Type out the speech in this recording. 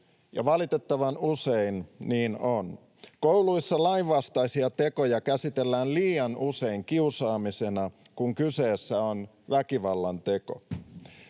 ja valitettavan usein niin on. Kouluissa lainvastaisia tekoja käsitellään liian usein kiusaamisena, kun kyseessä on väkivallanteko.